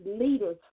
leaders